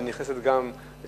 היא גם נכנסת לפרוטוקול,